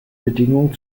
bedingungen